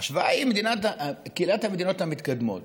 ההשוואה היא קהילת המדינות המתקדמות.